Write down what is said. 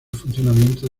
funcionamiento